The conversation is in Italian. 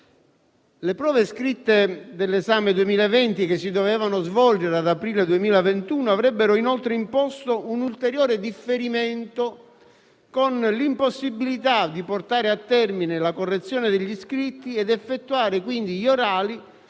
Le prove scritte dell'esame 2020, che si dovevano svolgere ad aprile 2021, avrebbero inoltre imposto un ulteriore differimento, con l'impossibilità di portare a termine la correzione degli scritti ed effettuare quindi gli orali